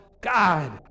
God